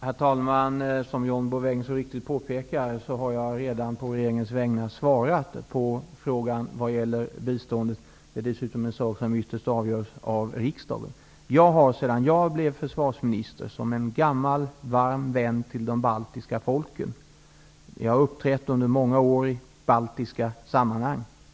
Herr talman! Som John Bouvin så riktigt påpekar har jag redan å regeringens vägnar svarat på hans fråga om biståndet. Detta är dessutom en fråga som ytterst avgörs av riksdagen. Som gammal, varm vän till de baltiska folken har jag under många år uppträtt i baltiska sammanhang.